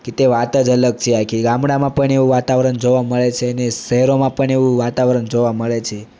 કે તે વાત જ અલગ છે આખી ગામડામાં પણ એવું વાતાવરણ જોવા મળે છે અને શહેરોમાં પણ એવું વાતાવરણ જોવા મળે છે